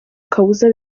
kabuza